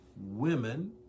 Women